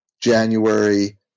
January